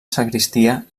sagristia